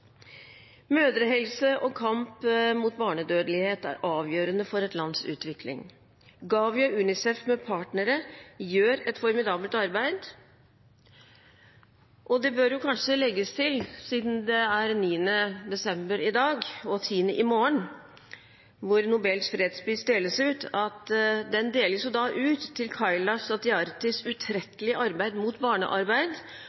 Mødrehelse og kamp mot barnedødelighet er avgjørende for et lands utvikling. GAVI og UNICEF med partnere gjør et formidabelt arbeid. Og det bør kanskje legges til, siden det er 9. desember i dag og 10. i morgen, da Nobels fredspris deles ut, at den deles ut til